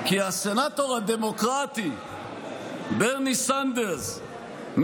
כי הסנטור הדמוקרטי ברני סנדרס,